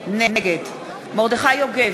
נגד מרדכי יוגב,